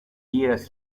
years